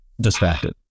distracted